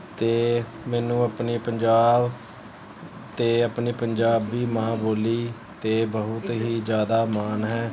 ਅਤੇ ਮੈਨੂੰ ਆਪਣੇ ਪੰਜਾਬ ਅਤੇ ਆਪਣੀ ਪੰਜਾਬੀ ਮਾਂ ਬੋਲੀ 'ਤੇ ਬਹੁਤ ਹੀ ਜ਼ਿਆਦਾ ਮਾਣ ਹੈ